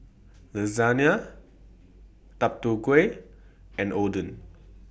Lasagna Deodeok Gui and Oden